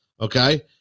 okay